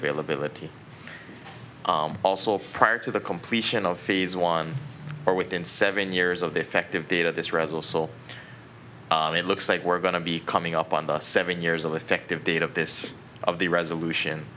availability also prior to the completion of fees one are within seven years of the effective date of this resolution so it looks like we're going to be coming up on the seven years of effective date of this of the resolution